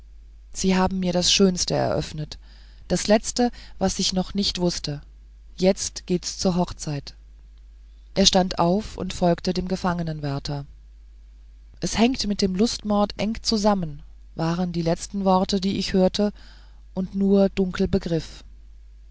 sie haben mir das schönste eröffnet das letzte was ich noch nicht wußte jetzt geht's zur hochzeit er stand auf und folgte dem gefangenwärter es hängt mit dem lustmord eng zusammen waren die letzten worte die ich hörte und nur dunkel begriff